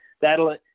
that'll